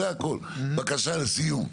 בבקשה, לסיום.